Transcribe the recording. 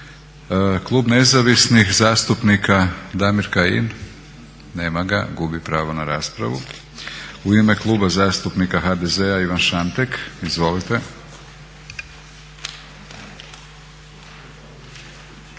Klub Nezavisnih zastupnika, Damir Kajin? Nema ga. Gubi pravo na raspravu. U ime Kluba zastupnika HDZ-a Ivan Šantek, izvolite.